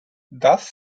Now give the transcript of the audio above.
thus